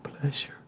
pleasure